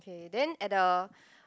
K then at the